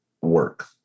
work